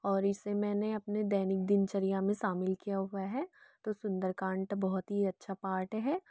और इसे मैंने अपने दैनिक दिनचर्या में शामिल किया हुआ है तो सुंदरकांड बहोत ही अच्छा पार्ट हैं